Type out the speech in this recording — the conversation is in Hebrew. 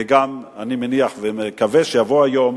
וגם אני מניח ומקווה שיבוא היום